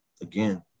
again